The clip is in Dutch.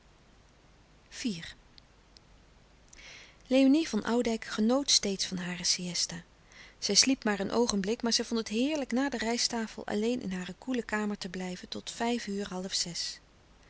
léonie van oudijck genoot steeds van hare siësta zij sliep maar een oogenblik maar zij vond het heerlijk na de rijsttafel alleen in hare koele kamer te blijven tot vijf uur half zes